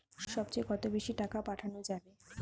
সব চেয়ে কত বেশি টাকা পাঠানো যাবে?